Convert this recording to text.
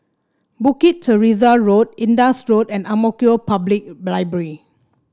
Bukit Teresa Road Indus Road and Ang Mo Kio Public Library